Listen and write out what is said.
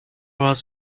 was